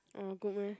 or good meh